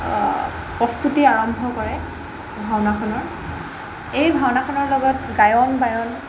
প্ৰস্তুতি আৰম্ভ কৰে ভাওনাখনৰ এই ভাওনাখনৰ লগত গায়ন বায়ন